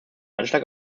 anschlag